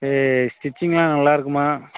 ஸ்டிச்சிங்லாம் நல்லா இருக்குமா